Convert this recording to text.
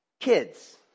Kids